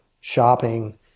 shopping